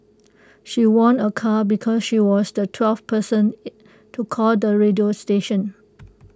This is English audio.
she won A car because she was the twelfth person to call the radio station